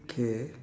K